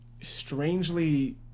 strangely